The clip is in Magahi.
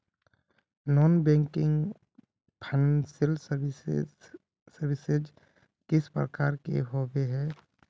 नॉन बैंकिंग फाइनेंशियल सर्विसेज किस प्रकार के होबे है?